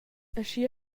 aschia